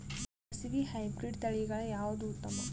ಸಾಸಿವಿ ಹೈಬ್ರಿಡ್ ತಳಿಗಳ ಯಾವದು ಉತ್ತಮ?